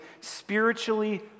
spiritually